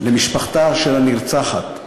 למשפחתה של הנרצחת,